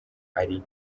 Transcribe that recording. ari